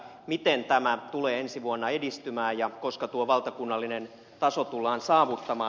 miten tämä tulee ensi vuonna edistymään ja koska tuo valtakunnallinen taso tullaan saavuttamaan